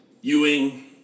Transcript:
Ewing